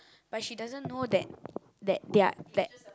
but she doesn't know that that they are that